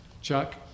Chuck